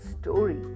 story